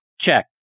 Check